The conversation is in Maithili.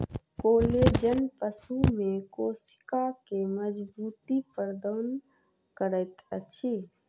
कोलेजन पशु में कोशिका के मज़बूती प्रदान करैत अछि